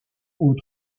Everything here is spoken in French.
aux